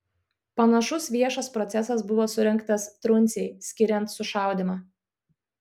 panašus viešas procesas buvo surengtas truncei skiriant sušaudymą